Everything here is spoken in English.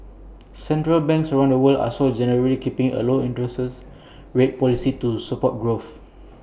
central banks around the world are also generally keeping A low interest rate policy to support growth